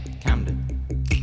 Camden